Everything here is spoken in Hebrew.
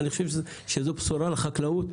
אני חושב שזו בשורה לחקלאות,